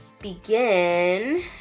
begin